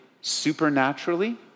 supernaturally